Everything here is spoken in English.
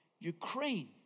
Ukraine